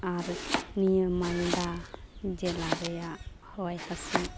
ᱟᱨ ᱱᱤᱭᱟᱹ ᱢᱟᱞᱫᱟ ᱡᱮᱞᱟ ᱨᱮᱭᱟᱜ ᱦᱚᱭ ᱦᱤᱥᱤᱫ